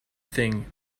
thing